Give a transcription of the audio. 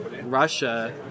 Russia